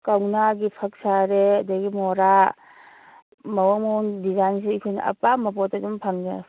ꯀꯧꯅꯥꯒꯤ ꯐꯛ ꯁꯥꯔꯦ ꯑꯗꯒꯤ ꯃꯣꯔꯥ ꯃꯑꯣꯡ ꯃꯑꯣꯡ ꯗꯤꯖꯥꯏꯟꯁꯤ ꯑꯩꯈꯣꯏꯅ ꯑꯄꯥꯝꯕ ꯄꯣꯠꯇ ꯑꯗꯨꯝ ꯐꯪꯉꯦ